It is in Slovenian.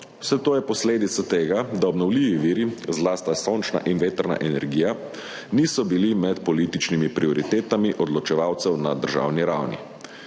Vse to je posledica tega, da obnovljivi viri, zlasti sončna in vetrna energija, niso bili med političnimi prioritetami odločevalcev na državni ravni.